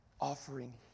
offering